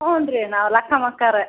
ಹ್ಞೂ ರೀ ನಾವು ಲಕ್ಕಮಕ್ಕಾವ್ರೆ